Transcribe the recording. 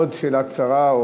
עוד שאלה קצרה,